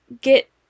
get